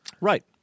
Right